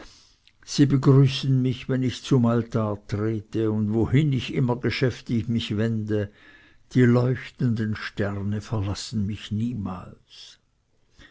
sie begrüßen mich wenn ich zum altar trete und wohin ich immer geschäftig mich wende die leuchtenden sterne verlassen mich niemals